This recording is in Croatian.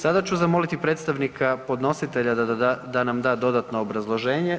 Sada ću zamoliti predstavnika podnositelja da nam da dodatno obrazloženje.